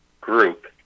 group